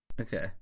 Okay